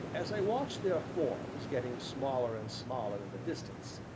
as i watched their forms getting smaller and smaller in the distance,